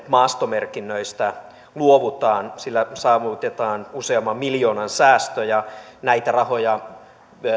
maastomerkinnöistä luovutaan sillä saavutetaan useamman miljoonan säästö ja näitä rahoja